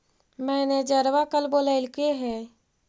मैनेजरवा कल बोलैलके है?